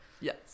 Yes